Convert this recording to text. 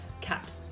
Cat